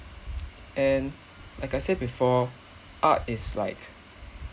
and like I said before art is like